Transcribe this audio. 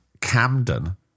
Camden